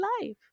life